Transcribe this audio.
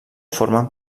formen